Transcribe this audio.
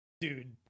Dude